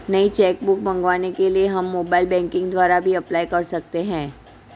नई cheque book मंगवाने के लिए हम मोबाइल बैंकिंग द्वारा भी अप्लाई कर सकते है